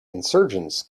insurgents